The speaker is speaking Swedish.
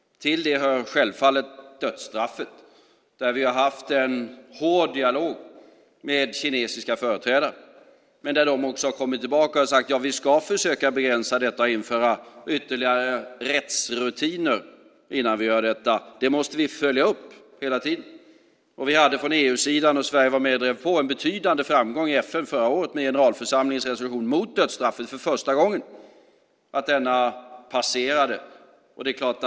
Till det hör självfallet dödsstraffet. Vi har haft en hård dialog med kinesiska företrädare. De har kommit tillbaka och sagt att de ska försöka begränsa och införa ytterligare rättsrutiner. Detta måste vi hela tiden följa upp. Från EU:s sida var det en betydande framgång i FN förra året. Sverige var med och drev på. Det gällde när generalförsamlingens resolution mot dödsstraffet för första gången passerade igenom församlingen.